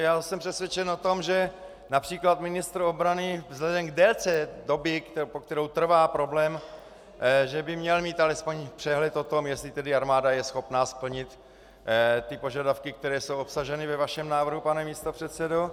Já jsem přesvědčen o tom, že např. ministr obrany vzhledem k délce doby, po kterou trvá problém, měl mít alespoň přehled o tom, jestli armáda je schopna splnit ty požadavky, které jsou obsaženy ve vašem návrhu, pane místopředsedo.